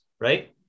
right